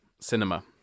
Cinema